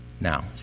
now